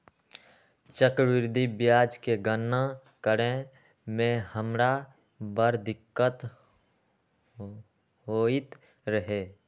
चक्रवृद्धि ब्याज के गणना करे में हमरा बड़ दिक्कत होइत रहै